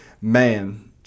man